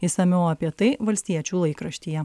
išsamiau apie tai valstiečių laikraštyje